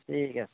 ঠিক আছে